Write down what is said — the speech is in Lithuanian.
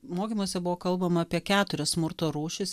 mokymuose buvo kalbama apie keturias smurto rūšis